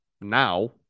now